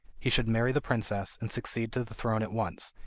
he should marry the princess and succeed to the throne at once,